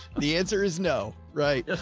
the answer is no. right?